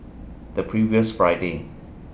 The previous Friday